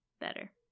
better